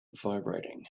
vibrating